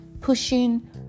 pushing